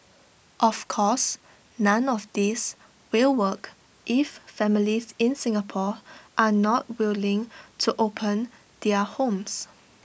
of course none of this will work if families in Singapore are not willing to open their homes